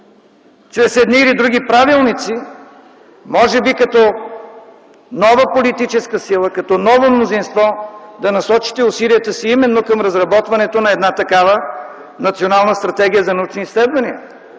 чрез едни или други правилници, може би като нова политическа сила, като ново мнозинство, да насочите усилията си именно към разработването на една такава национална стратегия за научни изследвания.